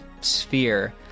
sphere